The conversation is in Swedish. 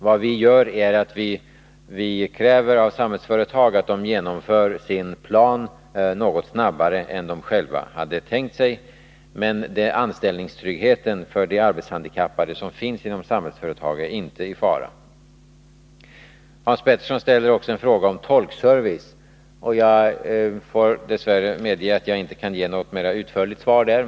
Vad vi gör är att vi kräver av Samhällsföretag att man genomför sin plan något snabbare än man själv tänkt sig. Men den anställningstrygghet för arbetshandikappade som finns inom Samhällsföretag skall inte vara i fara. Hans Petersson ställde också en fråga om tolkservicen. Jag måste dess värre medge att jag inte kan ge något mer utförligt svar på den punkten.